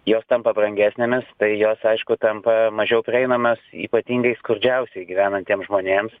jos tampa brangesnėmis tai jos aišku tampa mažiau prieinamas ypatingai skurdžiausiai gyvenantiem žmonėms